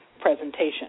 presentation